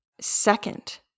second